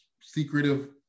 secretive